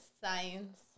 Science